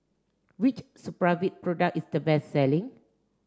which Supravit product is the best selling